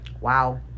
wow